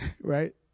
Right